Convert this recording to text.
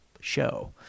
show